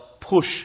push